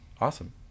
Awesome